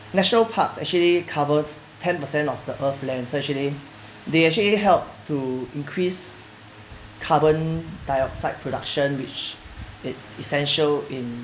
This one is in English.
national parks actually covers ten percent of the earth land so actually they actually help to increase carbon dioxide production which it's essential in